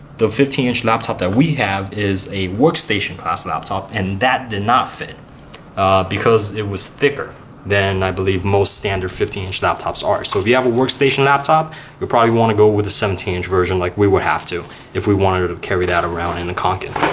the inch laptop that we have is a workstation class and laptop and that did not fit because it was thicker then i believe most standard fifteen inch laptops are so if you have a workstation laptop you'll probably want to go with the seventeen inch version like we would have to if we wanted to carry that around in the kanken.